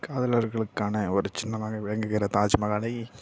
காதலர்களுக்கான ஒரு சின்னமாக விளங்குகிற தாஜ்மஹாலை